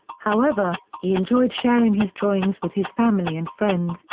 however, he enjoyed sharing his drawings with his family and friends,